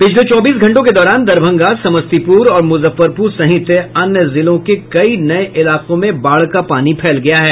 पिछले चौबीस घंटों के दौरान दरभंगा समस्तीपुर और मुजफ्फरपुर सहित अन्य जिलों के कई नये इलाकों में बाढ़ का पानी फैल गया है